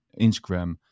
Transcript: Instagram